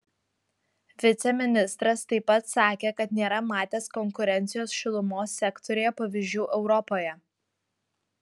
viceministras taip pat sakė kad nėra matęs konkurencijos šilumos sektoriuje pavyzdžių europoje